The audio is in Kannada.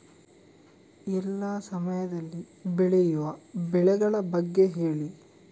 ಎಲ್ಲಾ ಸಮಯದಲ್ಲಿ ಬೆಳೆಯುವ ಬೆಳೆಗಳ ಬಗ್ಗೆ ಹೇಳಿ